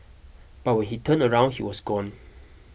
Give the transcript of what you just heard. but when he turned around he was gone